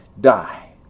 die